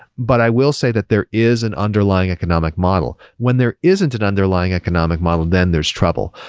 but i will say that there is an underlying economic model. when there isn't an underlying economic model, then there's trouble.